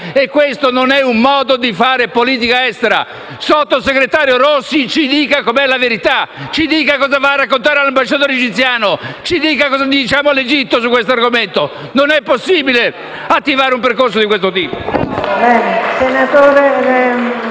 E questo non è un modo di fare politica estera. Sottosegretario Rossi, ci dica qual è la verità. Ci dica cosa va a raccontare all'ambasciatore egiziano, ci dica cosa diciamo all'Egitto su questo argomento. Non è possibile attivare un percorso di questo tipo.